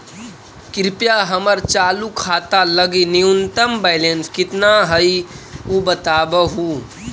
कृपया हमर चालू खाता लगी न्यूनतम बैलेंस कितना हई ऊ बतावहुं